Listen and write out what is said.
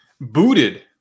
booted